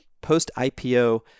Post-IPO